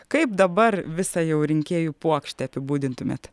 kaip dabar visa jau rinkėjų puokštę apibūdintumėte